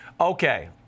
Okay